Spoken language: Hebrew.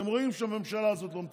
אתם רואים שהממשלה הזאת לא מתפקדת.